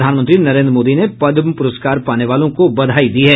प्रधानमंत्री नरेन्द्र मोदी ने पद्म पुरस्कार पाने वालों को बधाई दी है